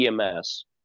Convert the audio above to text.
EMS